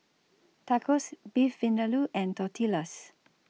Tacos Beef Vindaloo and Tortillas